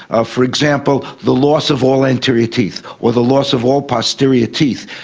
ah for example, the loss of all anterior teeth or the loss of all posterior teeth.